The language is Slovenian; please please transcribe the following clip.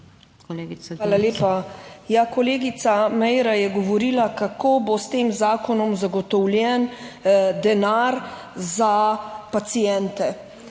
Hvala lepa. Ja, kolegica Meira je govorila, kako bo s tem zakonom zagotovljen denar za paciente,